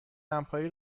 دمپایی